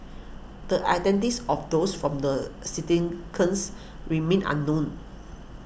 the identities of those from the remain unknown